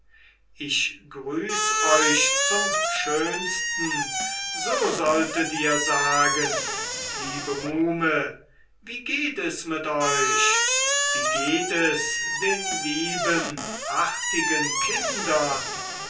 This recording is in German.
ich grüß euch zum schönsten so solltet ihr sagen liebe muhme wie geht es mit euch wie geht es den lieben artigen kindern